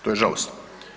To je žalosno.